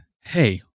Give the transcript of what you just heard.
Hey